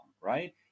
right